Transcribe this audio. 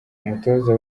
umutoza